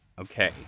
okay